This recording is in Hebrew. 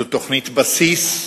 זו תוכנית בסיס,